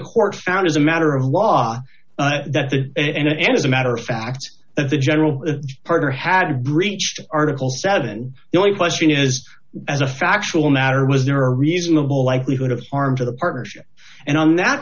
court found as a matter of law that that and as a matter of fact that the general partner had breached article seven the only question is as a factual matter was there reasonable likelihood of harm to the partnership and on that